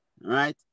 right